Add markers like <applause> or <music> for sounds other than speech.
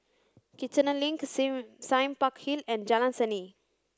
Kiichener Link <unintelligible> Sime Park Hill and Jalan Seni